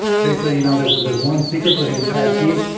it's basically you know there's there's one secret for the entire team,